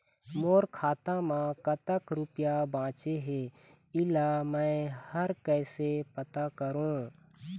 मोर खाता म कतक रुपया बांचे हे, इला मैं हर कैसे पता करों?